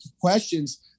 questions